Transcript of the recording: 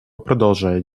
продолжает